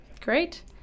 Great